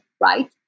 right